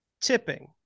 tipping